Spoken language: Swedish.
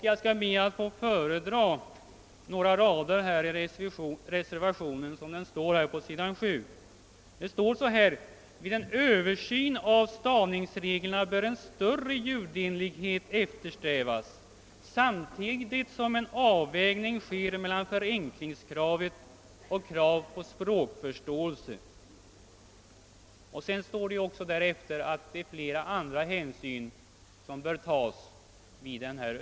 Jag skall be att få föredra några rader ur reservationen på s. 7 i utlåtandet: »Vid en översyn av stavningsreglerna bör en större ljudenlighet eftersträvas samtidigt som en avvägning sker mellan förenklingskravet och krav på språkförståelse.» Vidare sägs det i reservationen att flera andra hänyn bör tas vid översynen.